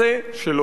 תודה רבה.